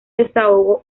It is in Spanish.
desahogo